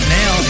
now